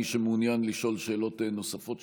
מי שמעוניין לשאול שאלות נוספות,